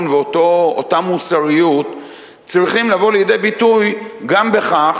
ואותה מוסריות צריכים לבוא לידי ביטוי גם בכך,